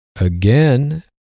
again